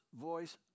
voice